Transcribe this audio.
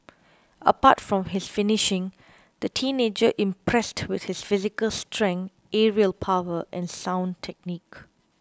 apart from his finishing the teenager impressed with his physical strength aerial power and sound technique